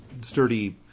sturdy